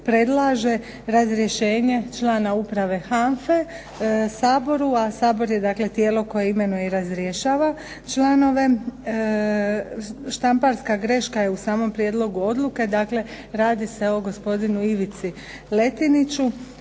predlaže razrješenje člana Uprave HANFA-e Saboru a Sabor je dakle tijelo koje imenuje i razrješava članove. Štamparska greška je u samom Prijedlogu odluke, radi se o gospodinu Ivici Letiniću.